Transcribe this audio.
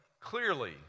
clearly